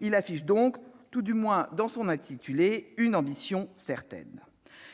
Il affiche donc, tout du moins dans son intitulé, une ambition certaine.